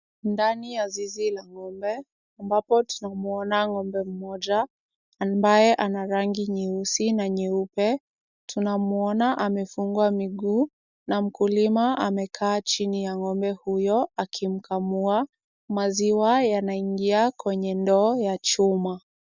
Ndani ya zizi la ng'ombe, ambapo tunamuona ng'ombe mmoja, ambaye ana rangi nyeusi na nyeupe, tunamuona amefungwa miguu, na mkuliwa amekaa chini ya ng'ombe huyo akimkamua, maziwa yanaingia kwenye ndoo ya chuma.